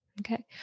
Okay